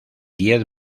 diez